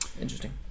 Interesting